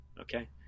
Okay